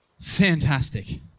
Fantastic